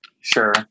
Sure